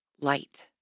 light